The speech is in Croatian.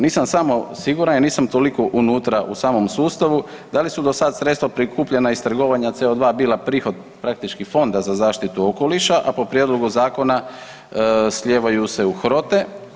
Nisam samo siguran jer nisam toliko unutra u samom sustavu, da li su do sad sredstva prikupljena iz trgovanja CO2 bila prihod praktički Fonda za zaštitu okoliša, a po prijedlogu zakona slijevaju se u HROTE?